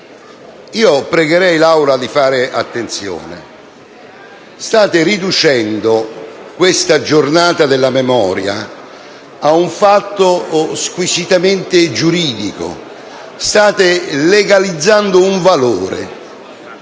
Pregherei l'Assemblea di fare attenzione. State riducendo questa Giornata della memoria a un fatto squisitamente giuridico. State legalizzando un valore.